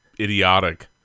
idiotic